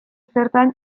zertan